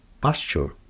pasture